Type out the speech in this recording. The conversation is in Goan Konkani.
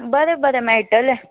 बरें बरें मेळटलें